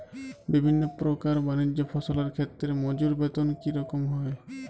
বিভিন্ন প্রকার বানিজ্য ফসলের ক্ষেত্রে মজুর বেতন কী রকম হয়?